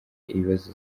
ibibazo